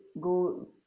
go